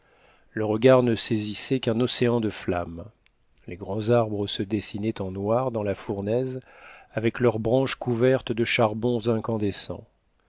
le regard ne saisissait qu'un océan de flammes les grands arbres se dessinaient en noir dans la fournaise avec leurs branches couvertes de charbons incandescents